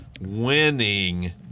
winning